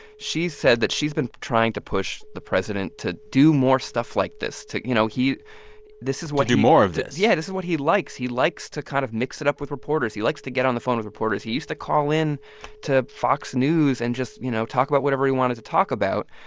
she said that she's been trying to push the president to do more stuff like this, to you know? he this is what he. to do more of this? yeah. this is what he likes. he likes to kind of mix it up with reporters. he likes to get on the phone with reporters. he used to call in to fox news and just, you know, talk about whatever he wanted to talk about.